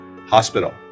hospital